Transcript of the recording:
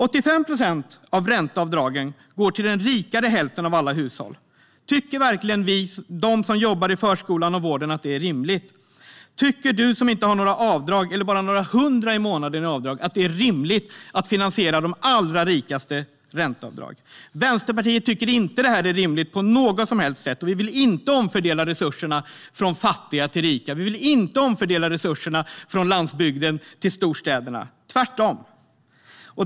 85 procent av ränteavdragen går till den rikare hälften av alla hushåll. Tycker verkligen de som jobbar i förskolan och vården att detta är rimligt? Tycker du som inte har några avdrag eller bara några hundra i månaden i avdrag att det är rimligt att finansiera ränteavdragen för de allra rikaste? Vänsterpartiet tycker inte att detta är rimligt på något som helst sätt. Vi vill inte omfördela resurserna från fattiga till rika eller från landsbygden till storstäderna - tvärtom.